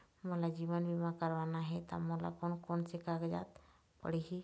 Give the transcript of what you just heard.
मोला जीवन बीमा करवाना हे ता मोला कोन कोन कागजात देना पड़ही?